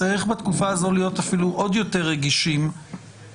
בתקופה הזאת צריך להיות אפילו עוד יותר רגישים למצב